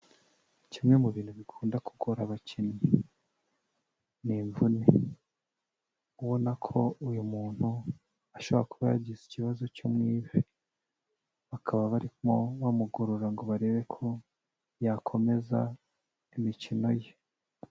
Kimwe mu bintu bikunda kugora abakinnyi ni imvune, ubona ko uyu muntu ashobora kuba yagize ikibazo cyo mu ivi, bakaba barimo bamugorora ngo barebe ko yakomeza imikino ye.